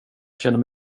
känner